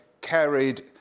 carried